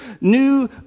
new